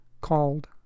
called